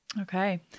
okay